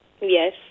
Yes